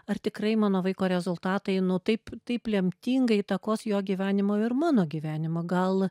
ar tikrai mano vaiko rezultatai nu taip taip lemtingai įtakos jo gyvenimą ir mano gyvenimą gal